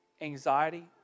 anxiety